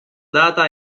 data